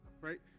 right